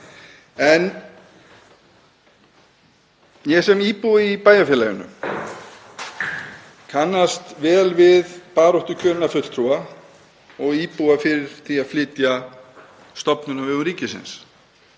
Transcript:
Ég sem íbúi í bæjarfélaginu kannast vel við baráttu kjörinna fulltrúa og íbúa fyrir því að flytja stofnun á vegum ríkisins.